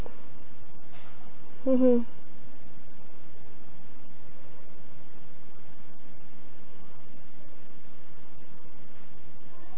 mmhmm